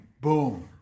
boom